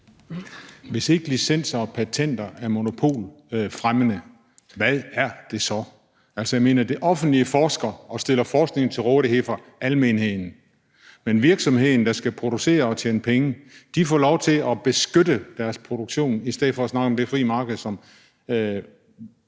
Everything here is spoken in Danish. Hvis ikke licenser og patenter er monopolfremmende, hvad er de så? Jeg mener: Det offentlige forsker og stiller forskningen til rådighed for almenheden, men virksomheden, der skal producere og tjene penge, får lov til at beskytte sin produktion – i stedet for at snakke om det fri marked, som